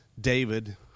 David